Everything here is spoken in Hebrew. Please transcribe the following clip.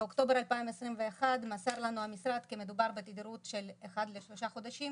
באוקטובר 2021 מסר לנו המשרד כי מדובר בתדירות של אחד לשלושה חודשים,